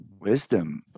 wisdom